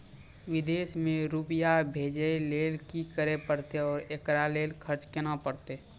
विदेश मे रुपिया भेजैय लेल कि करे परतै और एकरा लेल खर्च केना परतै?